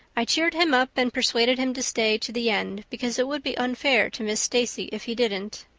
i cheered him up and persuaded him to stay to the end because it would be unfair to miss stacy if he didn't.